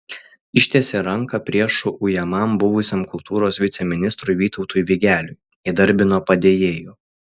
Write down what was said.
ištiesė ranką priešų ujamam buvusiam kultūros viceministrui vytautui vigeliui įdarbino padėjėju